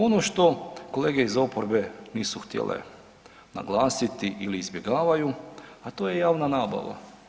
Ono što kolege iz oporbe nisu htjele naglasiti ili izbjegavaju, a to je javna nabava.